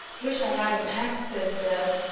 wish i had an axe, said zeb,